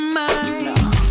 mind